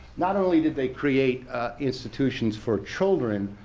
not only did they create institutions for children,